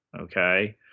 okay